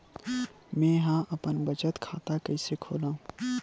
मेंहा अपन बचत खाता कइसे खोलव?